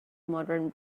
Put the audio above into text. modern